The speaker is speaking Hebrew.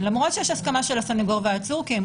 למרות שיש הסכמה של הסנגור והעצור כי הם